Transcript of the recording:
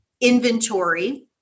inventory